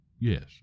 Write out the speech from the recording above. Yes